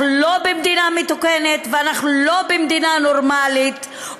אנחנו לא במדינה מתוקנת ואנחנו לא במדינה נורמלית,